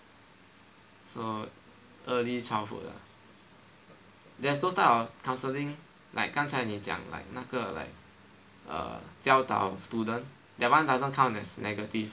so early childhood ah there's those type of counseling like 刚才你讲 like 那个教导 student that one doesn't count as negative